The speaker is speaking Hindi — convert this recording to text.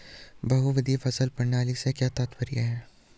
बहुविध फसल प्रणाली से क्या तात्पर्य है?